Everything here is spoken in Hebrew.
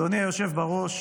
אדוני היושב בראש,